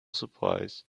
supplies